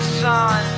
son